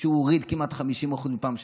שהוריד כמעט 50% מפעם שעברה.